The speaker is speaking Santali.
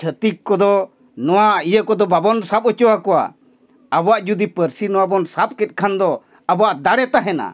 ᱪᱷᱟᱹᱛᱤᱠ ᱠᱚᱫᱚ ᱱᱚᱣᱟ ᱤᱭᱟᱹ ᱠᱚᱫᱚ ᱵᱟᱵᱚᱱ ᱥᱟᱵ ᱦᱚᱪᱚ ᱟᱠᱚᱣᱟ ᱟᱵᱚᱣᱟᱜ ᱡᱩᱫᱤ ᱯᱟᱹᱨᱥᱤ ᱱᱚᱣᱟ ᱵᱚᱱ ᱥᱟᱵ ᱠᱮᱫ ᱠᱷᱟᱱ ᱫᱚ ᱟᱵᱚᱣᱟᱜ ᱫᱟᱲᱮ ᱛᱟᱦᱮᱱᱟ